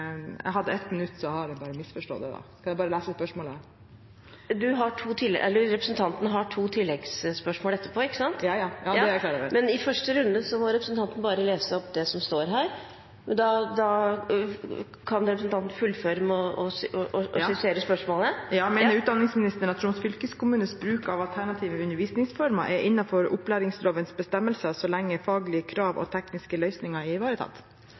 har jeg misforstått, da. Kan jeg bare lese spørsmålet? Representanten har to tilleggsspørsmål etterpå. Ja, det er jeg klar over. Men i første runde må representanten bare lese opp det som står her, og da kan representanten fullføre med å lese spørsmålet. Ja. «Mener statsråden at Troms fylkeskommunes strategier om alternative undervisningsformer kan betraktes å være innenfor opplæringskravene så lenge faglige og tekniske løsninger er ivaretatt?»